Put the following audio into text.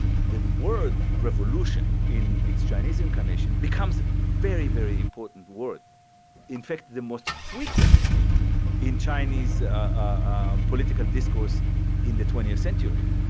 the word revolution in its chinese incarnation becomes very, very important word in fact, the most frequent in chinese ah political discourse in the twentieth century.